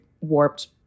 warped